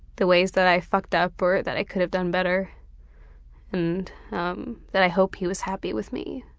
the ways that i fucked up or that i could have done better and um that i hope he was happy with me.